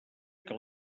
que